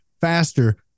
faster